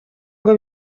ngo